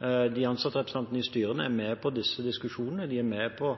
Ansattrepresentantene i styrene er med på disse diskusjonene, de er med på